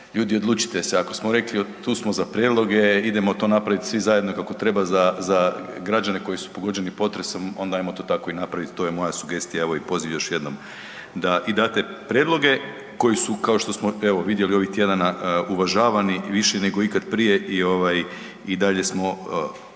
ljudi, odlučite se. Ako smo rekli tu smo za prijedloge, idemo to napraviti svi zajedno kako treba za građane koji su pogođeni potresom, onda ajmo to tako i napraviti. To je moja sugestija i poziv još jednom da i date prijedloge, koji su, kao što smo vidjeli ovih tjedana, uvažavani više nego ikad prije i ovaj, i